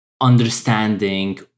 understanding